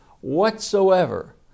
whatsoever